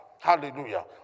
Hallelujah